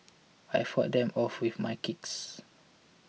I fought them off with my kicks